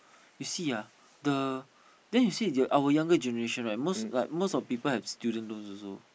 you see ah the then you see the our younger generation right most like most of people have students loans also